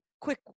quick